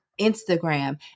Instagram